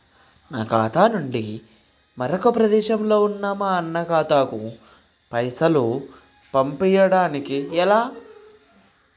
నా ఖాతా నుంచి వేరొక ప్రదేశంలో ఉన్న మా అన్న ఖాతాకు పైసలు పంపడానికి ఎలా?